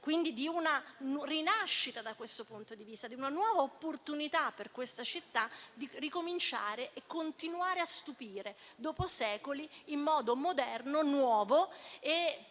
di una rinascita da questo punto di vista e di una nuova opportunità di ricominciare e continuare a stupire dopo secoli in modo moderno, nuovo e più